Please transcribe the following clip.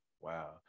Wow